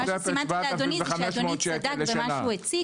מה שסימנתי לאדוני זה שאדוני צדק במה שהוא הציג,